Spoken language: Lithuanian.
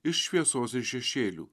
iš šviesos ir šešėlių